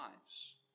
lives